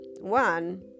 one